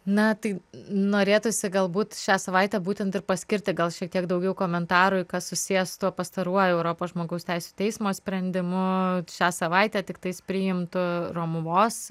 na tai norėtųsi galbūt šią savaitę būtent ir paskirti gal šiek tiek daugiau komentarui kas susiję su tuo pastaruoju europos žmogaus teisių teismo sprendimu šią savaitę tiktais priimtu romuvos